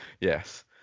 Yes